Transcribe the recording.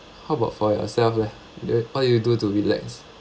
how about for yourself leh what you do to relax